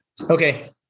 Okay